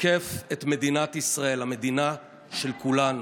ותוקף את מדינת ישראל, המדינה של כולנו.